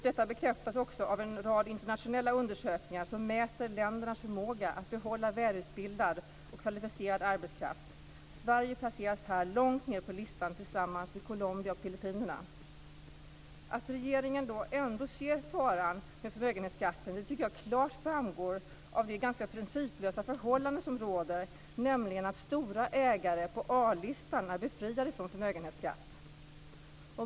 Detta bekräftas också av en rad internationella undersökningar som mäter ländernas förmåga att behålla välutbildad och kvalificerad arbetskraft. Sverige placeras här långt ned på listan tillsammans med Colombia och Filippinerna. Att regeringen ändå ser faran med förmögenhetsskatten tycker jag klart framgår av det ganska principlösa förhållande som råder, nämligen att stora ägare på A-listan är befriade från förmögenhetsskatt.